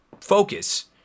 focus